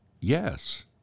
yes